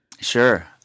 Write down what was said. Sure